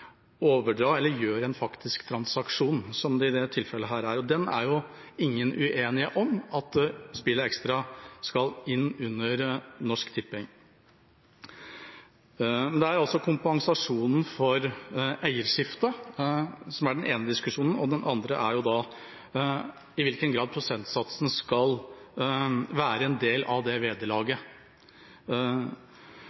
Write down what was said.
overdra eller gjøre en faktisk transaksjon, som i dette tilfellet. Ingen er uenig i at spillet Extra skal inn under Norsk Tipping. Kompensasjonen for eierskiftet er den ene diskusjonen, den andre er i hvilken grad prosentsatsen skal være en del av det vederlaget.